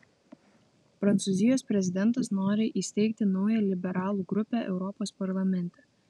prancūzijos prezidentas nori įsteigti naują liberalų grupę europos parlamente